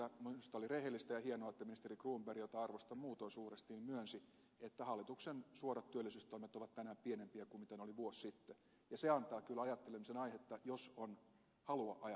minusta oli rehellistä ja hienoa että ministeri cronberg jota arvostan muutoin suuresti myönsi että hallituksen suorat työllisyystoimet ovat tänään pienempiä kuin ne olivat vuosi sitten ja se antaa kyllä ajattelemisen aihetta jos on halua ajatella asiaa